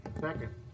Second